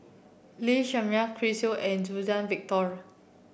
Lee Shermay Chris Yeo and Suzann Victor